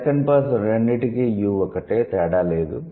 second person రెండింటికీ 'you' ఒకటే తేడా లేదు